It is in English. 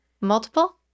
multiple